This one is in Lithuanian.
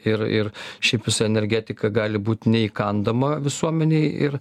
ir ir šiaip visa energetika gali būt neįkandama visuomenei ir